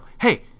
hey